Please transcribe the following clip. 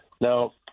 Now